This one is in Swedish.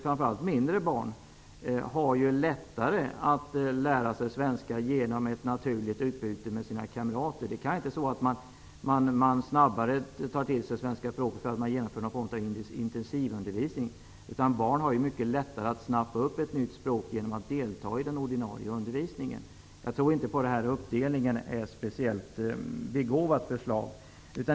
Framför allt mindre barn har ju lättare att lära sig svenska genom ett naturligt utbyte med sina kamrater. Det är kanske inte så att man snabbare tar till sig svenska språket för att man har fått någon form av intensivundervisning; barn snappar ju mycket lättare upp ett nytt språk genom att delta i den ordinarie undervisningen. Jag tror inte att förslaget om en uppdelning är speciellt begåvat.